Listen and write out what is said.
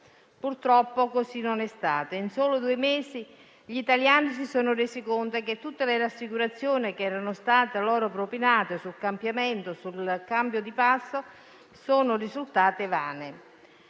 Purtroppo così non è stato e in solo due mesi gli italiani si sono resi conto che tutte le rassicurazioni che erano state loro propinate sul cambio di passo sono risultate vane: